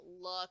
look